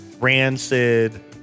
rancid